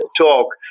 talk